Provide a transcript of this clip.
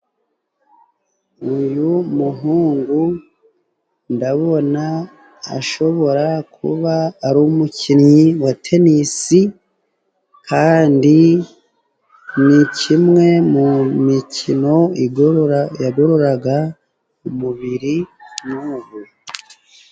Uyu muhungu ndabona ashobora kuba ari umukinnyi wa tenisi, kandi ni kimwe mu mikino igorora, yagororaga umubiri n'ubu.